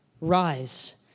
Rise